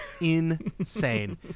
Insane